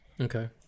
Okay